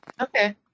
Okay